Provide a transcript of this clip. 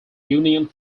union